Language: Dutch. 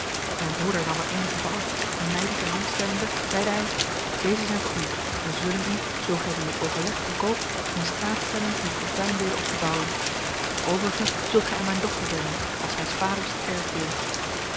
mijn broeder nam er eenige van af en mij die ter hand stellende zeide hij deze zijn voor u en zullen u zoo gij die met overleg verkoopt in staat stellen uw fortuin weder op te bouwen de overige zult gij aan mijn dochter brengen als haars vaders erfdeel